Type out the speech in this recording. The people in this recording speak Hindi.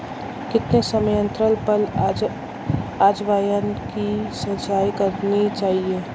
कितने समयांतराल पर अजवायन की सिंचाई करनी चाहिए?